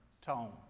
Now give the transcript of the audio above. tone